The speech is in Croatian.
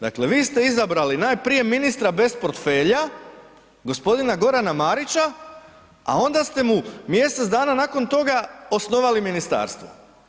Dakle, vi ste izabrali najprije ministra bez portfelja, g. Gorana Marića a onda ste mu mjesec dana nakon toga osnovali ministarstvo.